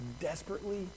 desperately